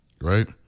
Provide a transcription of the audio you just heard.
right